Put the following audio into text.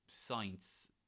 Science